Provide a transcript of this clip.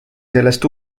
sellest